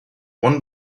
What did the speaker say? one